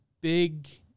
big